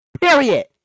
Period